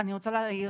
אני רוצה להעיר.